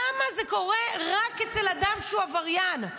למה זה קורה רק אצל אדם שהוא עבריין?